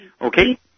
Okay